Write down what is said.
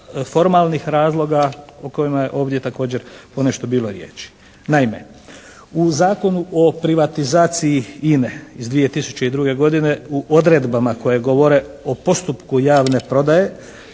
formalnih razloga o kojima je ovdje također ponešto bilo riječi. Naime, u Zakonu o privatizaciji INA-e iz 2002. godine u odredbama koje govore o postupku javne prodaje